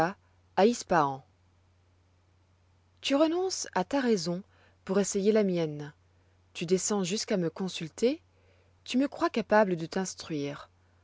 à ispahan tu renonces à ta raison pour essayer la mienne tu descends jusqu'à me consulter tu me crois capable de t'instruire